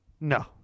no